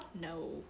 No